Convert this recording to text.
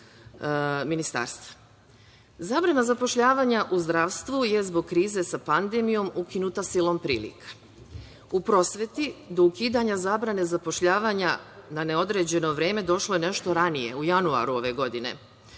zapošljavanja u zdravstvu je zbog krize sa pandemijom ukinuta silom prilika. U prosveti do ukidanja zabrane zapošljavanja na neodređeno vreme došlo je nešto ranije u januaru ove godine.